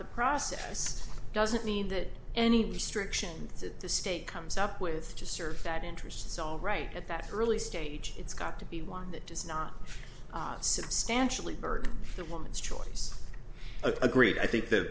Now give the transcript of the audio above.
the process doesn't mean that any restrictions at the state comes up with to serve that interests all right at that early stage it's got to be one that does not substantially burden the woman's choice agreed i think th